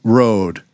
road